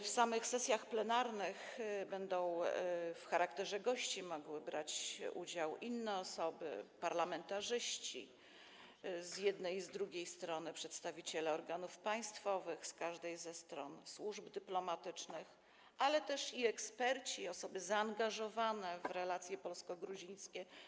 W samych sesjach plenarnych w charakterze gości będą mogły brać udział inne osoby, parlamentarzyści z jednej i z drugiej strony, przedstawiciele organów państwowych każdej ze stron, służb dyplomatycznych, ale też eksperci i osoby zaangażowane w relacje polsko-gruzińskie.